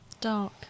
Dark